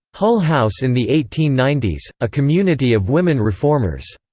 hull house in the eighteen ninety s a community of women reformers,